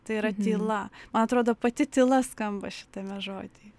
tai yra tyla man atrodo pati tyla skamba šitame žody